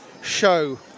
show